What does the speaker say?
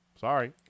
sorry